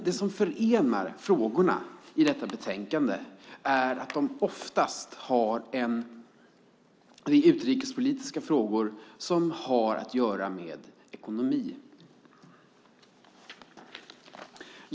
Det som förenar frågorna i detta betänkande är att de oftast är utrikespolitiska frågor som har att göra med ekonomi.